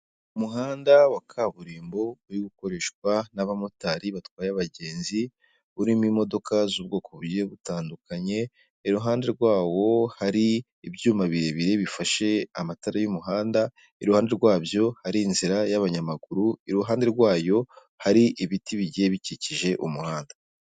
Umuhanda wa kaburimbo, uri gukoreshwa n'abamotari batwaye abagenzi, urimo imodoka z'ubwoko bugiye butandukanye, iruhande rwawo hari ibyuma birebire bifashe amatara y'umuhanda, iruhande rwabyo hari inzira y'abanyamaguru, iruhande rwayo hari ibiti bigiye bikikije umuhanda.